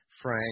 Frank